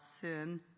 sin